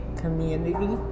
community